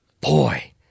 Boy